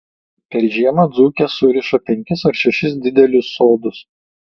per žiemą dzūkės suriša penkis ar šešis didelius sodus